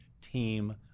team